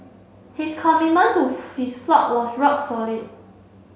his commitment to his flock was rock solid